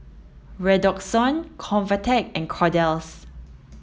Redoxon Convatec and Kordel's